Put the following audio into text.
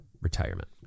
retirement